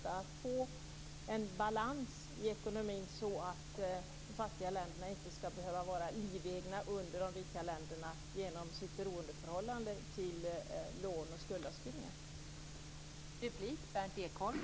Hur ska man få en balans i ekonomin så att de fattiga länderna inte ska behöva vara livegna under de rika länderna genom sitt beroendeförhållande med tanke på lån och skuldavskrivningar?